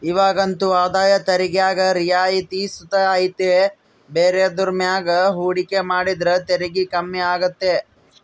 ಇವಾಗಂತೂ ಆದಾಯ ತೆರಿಗ್ಯಾಗ ರಿಯಾಯಿತಿ ಸುತ ಐತೆ ಬೇರೆದುರ್ ಮ್ಯಾಗ ಹೂಡಿಕೆ ಮಾಡಿದ್ರ ತೆರಿಗೆ ಕಮ್ಮಿ ಆಗ್ತತೆ